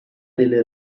delle